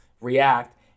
react